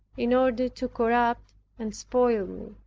in order to corrupt and spoil